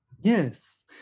yes